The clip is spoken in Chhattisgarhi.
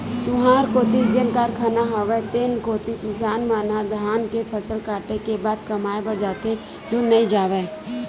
तुँहर कोती जेन कारखाना हवय तेन कोती किसान मन ह धान के फसल कटे के बाद कमाए बर जाथे धुन नइ जावय?